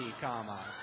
comma